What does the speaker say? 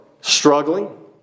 struggling